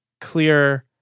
clear